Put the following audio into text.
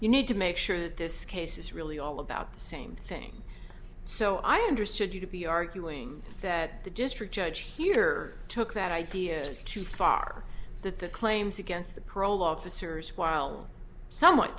you need to make sure that this case is really all about the same thing so i understood you to be arguing that the district judge here took that idea too far that the claims against the parole officers while somewhat